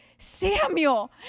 Samuel